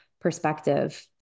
perspective